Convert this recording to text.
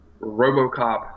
Robocop